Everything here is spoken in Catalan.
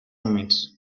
humits